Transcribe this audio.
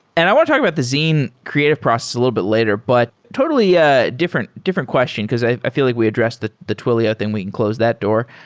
and i want to talk about the zine creative process a little bit later. but totally ah different different question, because i i feel like we addressed the the twilio thing. we can close that door.